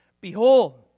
Behold